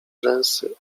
rzęsy